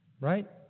right